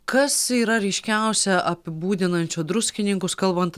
kas yra ryškiausia apibūdinančio druskininkus kalbant